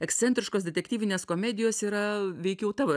ekscentriškos detektyvinės komedijos yra veikiau tavo